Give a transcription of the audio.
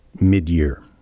mid-year